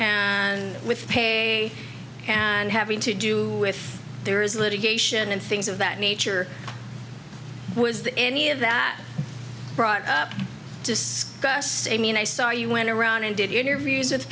and with pay and have and to do with there is litigation and things of that nature was the any of that brought up discussed amy and i saw you went around and did interviews with